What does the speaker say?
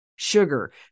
sugar